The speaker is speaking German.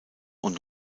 und